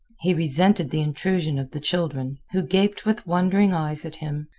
he resented the intrusion of the children, who gaped with wondering eyes at him,